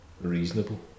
reasonable